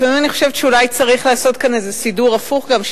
לפעמים אני חושבת שאולי צריך לעשות כאן איזה סידור הפוך גם,